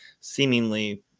seemingly